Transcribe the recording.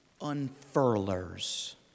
unfurlers